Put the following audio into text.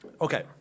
Okay